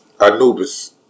Anubis